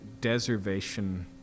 deservation